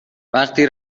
وقتی